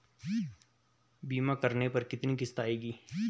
बीमा करने पर कितनी किश्त आएगी?